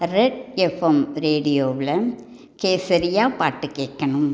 red FM ரேடியோவில் கேசரியா பாட்டு கேட்கணும்